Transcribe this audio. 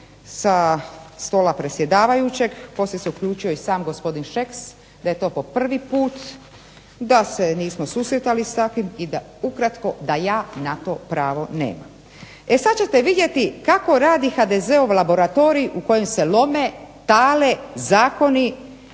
sa stola predsjedavajućeg. Poslije se uključio i sam gospodin Šeks da je to po prvi put da se nismo susretali sa tim i da ukratko da ja na to pravo nemam. E sad ćete vidjeti kako radi HDZ-ov laboratorij u kojem se lome, tale zakoni